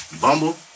Bumble